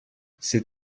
ces